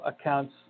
accounts